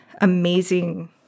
amazing